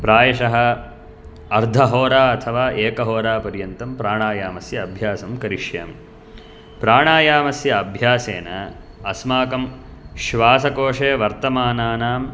प्रायशः अर्धहोरा अथवा एकहोरा पर्यन्तं प्राणायामस्य अभ्यासं करिष्यामि प्राणायामस्य अभ्यासेन अस्माकं श्वासकोशे वर्तमानानां